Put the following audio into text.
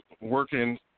working –